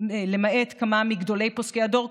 למעט כמה מגדולי פוסקי הדור,